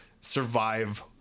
survive